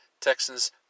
Texans